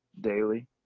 daily